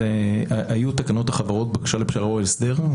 ויש לנו מסד נתונים שאפשר בהחלט להיעזר בו.